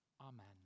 Amen